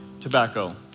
tobacco